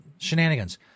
Shenanigans